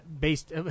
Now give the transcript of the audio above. based